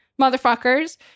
motherfuckers